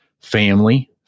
Family